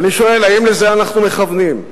ואני שואל: האם לזה אנחנו מכוונים.